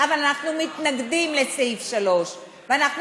אבל אנחנו מתנגדים לסעיף 3 ואנחנו